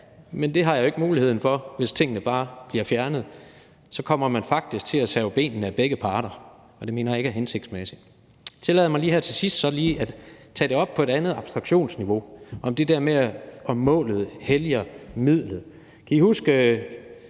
men det har jeg ikke muligheden for, hvis tingene bare bliver fjernet. Så kommer man faktisk til at save benene af begge parter, og det mener jeg ikke er hensigtsmæssigt. Tillad mig her til sidst lige at tage det der med, om målet helliger midlet, op på et